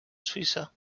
suïssa